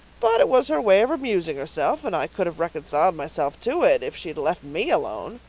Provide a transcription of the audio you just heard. but it was her way of amusing herself and i could have reconciled myself to it if she'd left me alone.